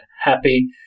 happy